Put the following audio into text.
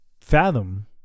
fathom